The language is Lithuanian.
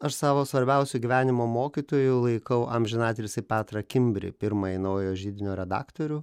aš savo svarbiausiu gyvenimo mokytoju laikau amžinatilsį petrą kimbrį pirmąjį naujo židinio redaktorių